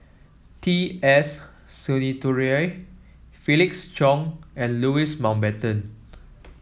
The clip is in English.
T S Sinnathuray Felix Cheong and Louis Mountbatten